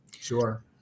Sure